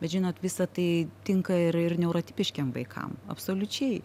bet žinot visa tai tinka ir ir neurotipiškiem vaikam absoliučiai